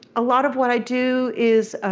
a lot of what i do is